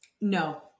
No